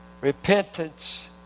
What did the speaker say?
Repentance